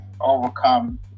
overcome